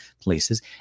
places